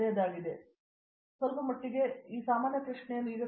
ಹಾಗಾಗಿ ಸ್ವಲ್ಪಮಟ್ಟಿಗೆ ಈ ಸಾಮಾನ್ಯ ಪ್ರಶ್ನೆಯನ್ನು ನಾನು ತೀರ್ಮಾನಿಸುತ್ತೇನೆ